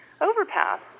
overpass